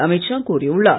அமீத் ஷா கூறியுள்ளார்